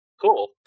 cool